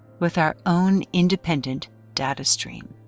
with our own independent data stream.